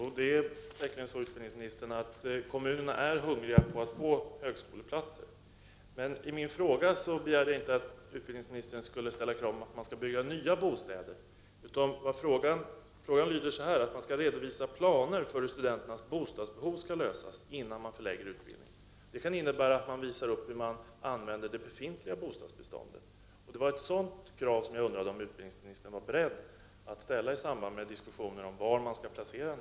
Herr talman! Jo, kommunerna är hungriga på högskoleplatser. Men i min fråga begär jag inte att utbildningsministern skall ställa kravet att nya bostäder skall byggas, utan vad det handlar om är att man skall redovisa planer för hur frågan om studenternas bostadsbehov skall lösas innan man förlägger utbildning till en viss ort. Det kan innebära att man visar på hur det befintliga bostadsbeståndet utnyttjas. Det var det kravet som jag undrade om utbildningsministern var beredd att ställa i samband med diskussioner om var ny utbildning skall placeras.